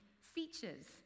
features